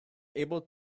able